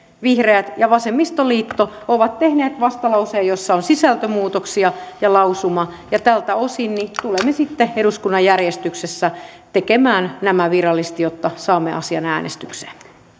vihreät ja vasemmistoliitto ovat tehneet vastalauseen jossa on sisältömuutoksia ja lausuma tältä osin tulemme sitten eduskunnan järjestyksessä tekemään nämä virallisesti jotta saamme asian äänestykseen